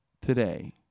today